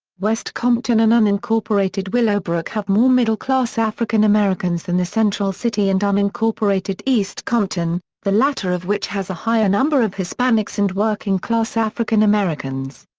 west compton and unincorporated willowbrook have more middle class african americans than the central city and unincorporated east compton, the latter of which has a higher number of hispanics and working-class african americans.